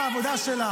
שום מל"ג לא עצר אותי.